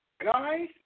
Guys